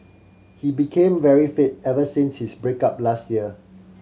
he became very fit ever since his break up last year